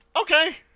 Okay